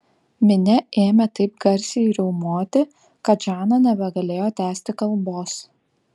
minia ėmė taip garsiai riaumoti kad žana nebegalėjo tęsti kalbos